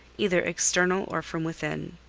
either external or from within.